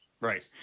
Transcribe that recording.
Right